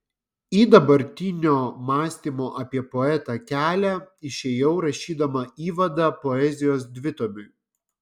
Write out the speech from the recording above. į dabartinio mąstymo apie poetą kelią išėjau rašydama įvadą poezijos dvitomiui